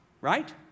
Right